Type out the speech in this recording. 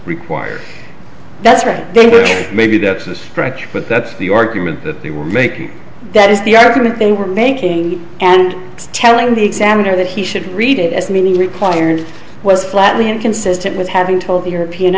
required that's right maybe that's a stretch but that's the argument that they were making that is the argument they were making and telling the xander that he should read it as meaning required was flatly inconsistent was having told the european